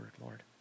Lord